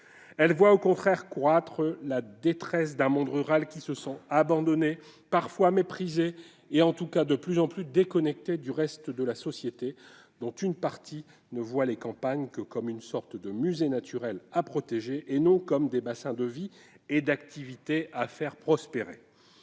Elle voit au contraire croître la détresse d'un monde rural qui se sent abandonné, parfois méprisé, et en tout cas de plus en plus déconnecté du reste de la société, dont une partie ne voit les campagnes que comme une sorte de musée naturel à protéger, et non comme des bassins de vie et d'activité à faire prospérer.